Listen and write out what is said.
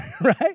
right